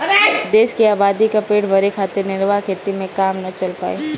देश के आबादी क पेट भरे खातिर निर्वाह खेती से काम ना चल पाई